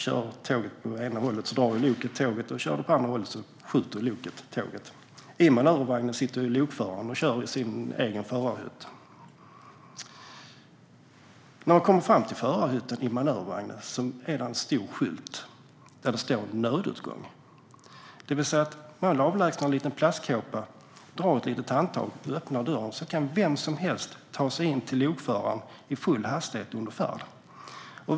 Kör tåget åt ena hållet drar loket tåget, och kör det på andra hållet skjuter loket tåget. I manövervagnen sitter lokföraren och kör i sin egen förarhytt. När man kommer fram till förarhytten i manövervagnen finns där en stor skylt där det står "Nödutgång". Det innebär att vem som helst kan ta sig in till lokföraren under färd i full hastighet genom att avlägsna en liten plastkåpa, dra i ett litet handtag och öppna dörren.